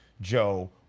joe